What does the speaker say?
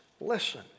listen